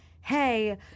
hey